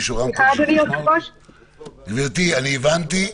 גברתי, הבנתי,